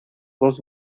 dos